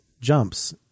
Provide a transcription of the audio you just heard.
jumps